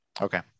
okay